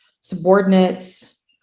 subordinates